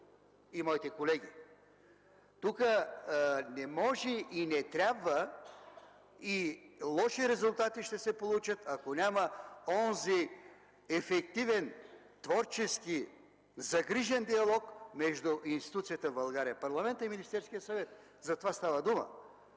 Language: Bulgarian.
и моите колеги. Тук не може и не трябва и лоши резултати ще се получат, ако няма онзи ефективен творчески загрижен диалог между институциите в България – парламентът и Министерският съвет, за това става дума.